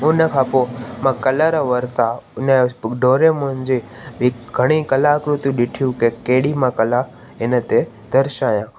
उनखां पोइ मां कलर वरिता उनजो डोरेमोन जे बि घणी कलाकृतियूं ॾिठियूं कि कहिड़ी मां कला हिन ते दर्शायां